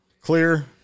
clear